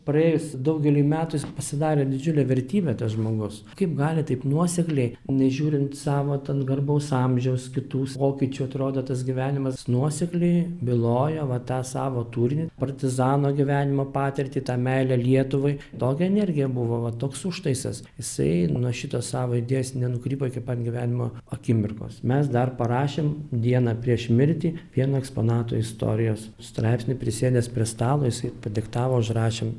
praėjus daugeliui metų jis pasidarė didžiulė vertybė tas žmogus kaip gali taip nuosekliai nežiūrint savo ten garbaus amžiaus kitų pokyčių atrodo tas gyvenimas nuosekliai byloja va tą savo turinį partizano gyvenimo patirtį tą meilę lietuvai tokia energija buvo va toks užtaisas jisai nuo šitos savo idėjos nenukrypo iki pat gyvenimo akimirkos mes dar parašėm dieną prieš mirtį vieno eksponato istorijos straipsnį prisėdęs prie stalo jisai padiktavo užrašėm